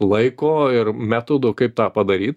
laiko ir metodų kaip tą padaryti